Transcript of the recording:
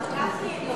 מר גפני,